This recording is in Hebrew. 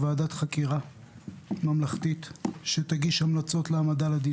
ועוד שנה נגיד לכם מה התכנון ונראה אם יש כסף לבצע את זה".